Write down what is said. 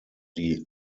die